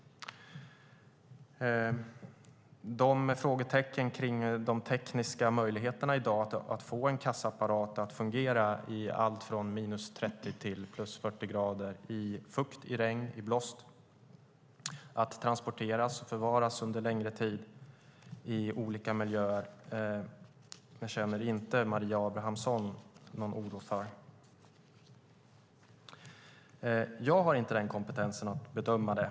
Frågetecknen kring de tekniska möjligheterna att i dag få en kassaapparat att fungera i allt från minus 30 till plus 40 grader, i fukt, i regn och i blåst samt transporteras och förvaras under längre tid i olika miljöer känner inte Maria Abrahamsson någon oro för. Jag har inte den kompetensen att jag kan bedöma det.